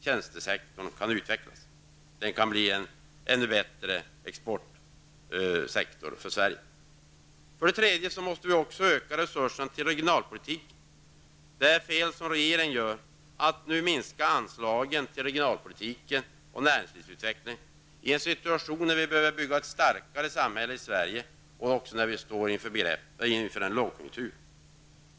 Tjänstesektorn kan utvecklas och bli en ännu bättre exportsektor för Sverige. För det tredje måste vi öka resurserna till regionalpolitiken. Det är fel att som regeringen bör minska anslagen till regionalpolitiken och näringslivsutveckling i en situation när vi behöver bygga ett starkare samhälle i Sverige och när vi står inför en lågkonjunktur.